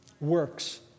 works